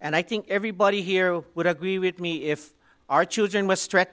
and i think everybody here would agree with me if our children were stre